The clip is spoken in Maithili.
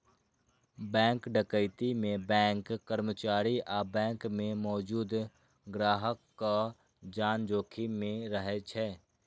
बैंक डकैती मे बैंक कर्मचारी आ बैंक मे मौजूद ग्राहकक जान जोखिम मे रहै छै